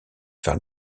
vers